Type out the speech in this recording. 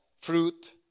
fruit